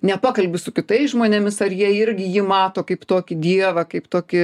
nepakalbi su kitais žmonėmis ar jie irgi jį mato kaip tokį dievą kaip tokį